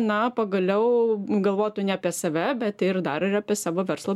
na pagaliau galvotų ne apie save bet ir dar ir apie savo verslo